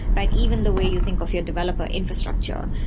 but even the way you think of your developer infrastructure,